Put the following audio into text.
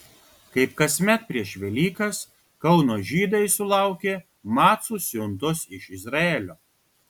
kaip kasmet prieš velykas kauno žydai sulaukė macų siuntos iš izraelio